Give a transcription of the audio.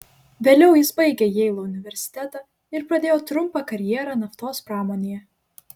vėliau jis baigė jeilio universitetą ir pradėjo trumpą karjerą naftos pramonėje